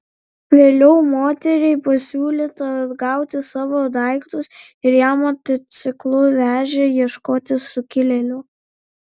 vėliau moteriai pasiūlyta atgauti savo daiktus ir ją motociklu vežė ieškoti sukilėlių